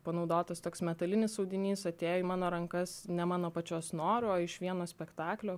panaudotas toks metalinis audinys atėjo į mano rankas ne mano pačios noru o iš vieno spektaklio